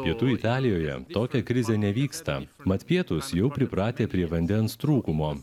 pietų italijoje tokia krizė nevyksta mat pietūs jau pripratę prie vandens trūkumo